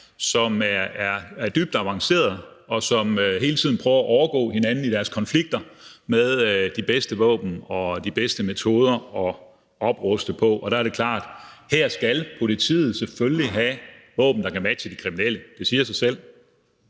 som er dybt avancerede, og som hele tiden prøver at overgå hinanden i deres konflikter med de bedste våben og de bedste metoder til at opruste, og det er klart, at her skal politiet selvfølgelig have våben, der kan matche de kriminelle; det siger sig selv.